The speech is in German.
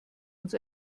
uns